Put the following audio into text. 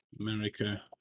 america